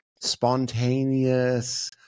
spontaneous